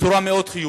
בצורה מאוד חיובית,